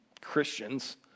Christians